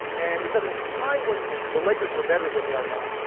and it was at a time when the the lakers were better than they are now,